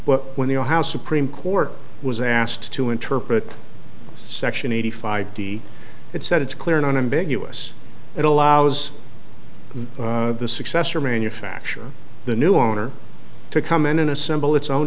but when the house supreme court was asked to interpret section eighty five d it said it's clear and unambiguous it allows the successor manufacture the new owner to come in and assemble its own